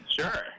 Sure